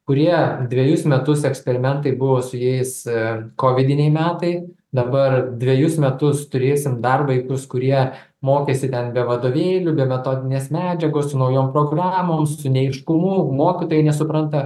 kurie dvejus metus eksperimentai buvo su jais kovidiniai metai dabar dvejus metus turėsim dar vaikus kurie mokėsi ten be vadovėlių be metodinės medžiagos su naujom programom su neaiškumu mokytojai nesupranta